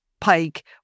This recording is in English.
pike